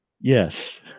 Yes